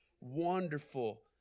wonderful